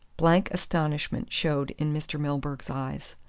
blank astonishment showed in mr. milburgh's eyes.